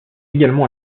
également